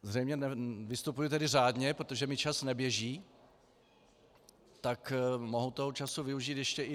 Zřejmě vystupuji tedy řádně, protože mi čas neběží, tak mohu toho času využít ještě i...